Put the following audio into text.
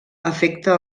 afecta